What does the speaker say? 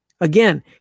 Again